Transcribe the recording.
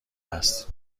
هست